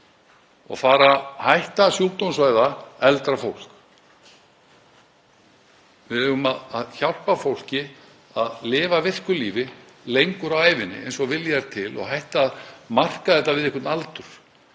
og fara að hætta sjúkdómsvæða eldra fólk. Við eigum að hjálpa fólki að lifa virku lífi lengur á ævinni eins og vilji er til og hætta að marka þetta við einhvern aldur.